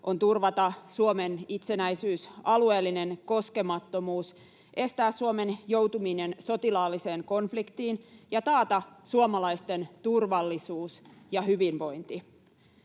on turvata Suomen itsenäisyys ja alueellinen koskemattomuus, estää Suomen joutuminen sotilaalliseen konfliktiin ja taata suomalaisten turvallisuus ja hyvinvointi.